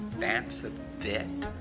dance a bit.